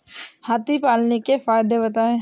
हाथी पालने के फायदे बताए?